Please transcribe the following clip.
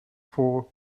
four